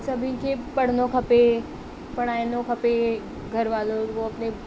सभिनि खे पढ़िणो खपे पढ़ाइणो खपे घरवालो ऐं अपने